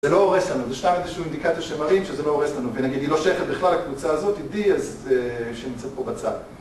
זה לא הורס לנו, זה שם איזשהו אינדיקציה שמראים שזה לא הורס לנו ונגיד היא לא שייכת בכלל לקבוצה הזאת, היא D אז אי אפשר למצוא פה בצד